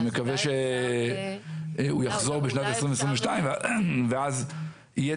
אני מקווה שהוא יחזור בשנת 2022 ואז יהיה